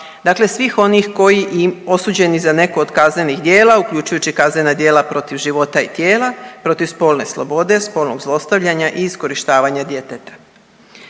dakle svih onih koji i osuđeni za neko od kaznenih djela uključujući kaznena djela protiv života i tijela, protiv spolne slobode, spolnog zlostavljanja i iskorištavanja djeteta.